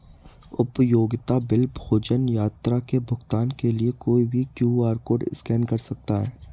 उपयोगिता बिल, भोजन, यात्रा के भुगतान के लिए कोई भी क्यू.आर कोड स्कैन कर सकता है